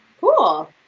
Cool